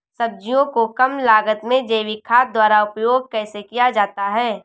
सब्जियों को कम लागत में जैविक खाद द्वारा उपयोग कैसे किया जाता है?